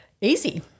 Easy